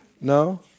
No